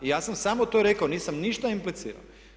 Ja sam samo to rekao, nisam ništa implicirao.